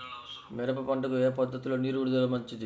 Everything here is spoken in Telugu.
మిరప పంటకు ఏ పద్ధతిలో నీరు విడుదల మంచిది?